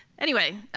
anyway,